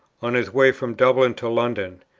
on his way from dublin to london.